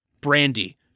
Brandy